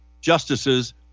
justices